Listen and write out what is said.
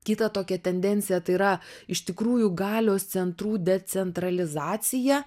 kitą tokią tendenciją tai yra iš tikrųjų galios centrų decentralizacija